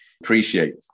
appreciate